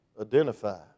identify